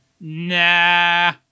nah